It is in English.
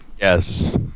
Yes